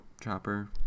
chopper